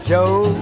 Joe